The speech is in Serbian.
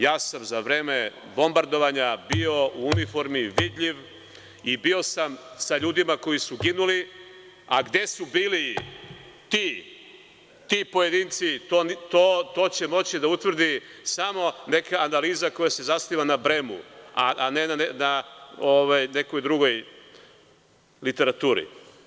Ja sam za vreme bombardovanja bio u uniformi, vidljiv i bio sam sa ljudima koji su ginuli, a gde su bili ti, ti pojedinci, to će moći da utvrdi samo neka analiza koja se zasniva na bremu, a ne na nekoj drugoj literaturi.